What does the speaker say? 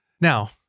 Now